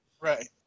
Right